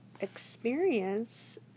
experience